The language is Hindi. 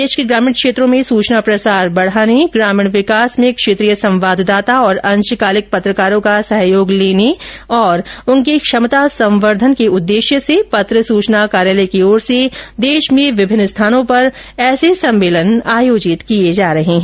देश के ग्रामीण क्षेत्रों में सूचना प्रसार बढ़ानें ग्रामीण विकास में क्षेत्रीय संवाददाता और अंशकालिक पत्रकारों का सहयोग लेने तथा उनकी क्षमता संवर्धन के उद्देश्य से पत्र सूचना कार्यालय की ओर से देश में विभिन्न स्थानों पर ऐसे सम्मेलन आयोजित किए जा रहे हैं